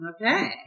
Okay